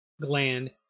gland